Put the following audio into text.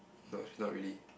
no she's not ready